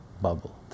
bubble